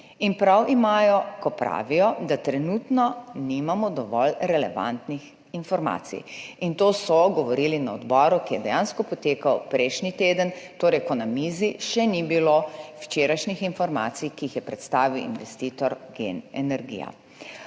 Prav imajo, ko pravijo, da trenutno nimamo dovolj relevantnih informacij – to so govorili na odboru, ki je dejansko potekal prejšnji teden, torej ko na mizi še ni bilo včerajšnjih informacij, ki jih je predstavil investitor GEN energija.